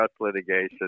litigation